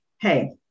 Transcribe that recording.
Hey